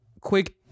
quick